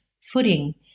footing